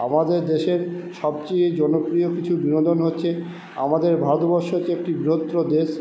আমাদের দেশের সবচেয়ে জনপ্রিয় কিছু বিনোদন হচ্ছে আমাদের ভারতবর্ষ একটি একটি বৃহত্তর দেশ